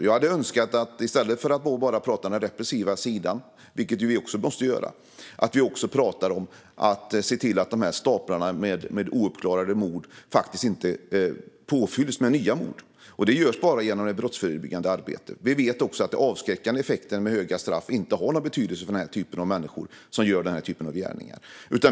Jag hade önskat att vi i stället för att bara prata om den repressiva sidan, vilket vi också måste göra, även pratade om att se till att staplarna med ouppklarade mord inte fylls på med nya. Det kan bara göras genom det brottsförebyggande arbetet. Vi vet också att den avskräckande effekten av höga straff inte har någon betydelse för de människor som begår denna typ av gärningar.